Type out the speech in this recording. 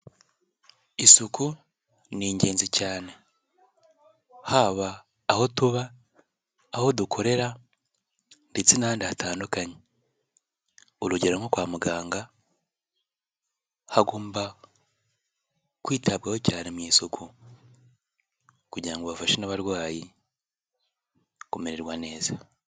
Isuku ni ingenzi cyane, haba aho tuba, aho dukorera ndetse n’ahandi hatandukanye, urugero nko kwa muganga, hagomba kwitabwaho cyane mu isuku, kugira ngo bafashe n'abarwayi kumererwa neza.